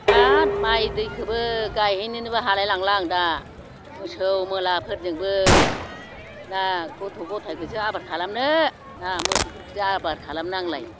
आरो माइ दैखौबो गायहैनोबो हालायलांला आं दा मोसौ मोलाफोरजोंबो ना गथ' गथायखौसो आबोर खालामनो ना मोसौफोरखौसो आबोर खालामनो आंलाय